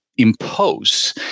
impose